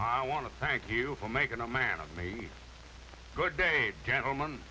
i want to thank you for making a man of me good day gentleman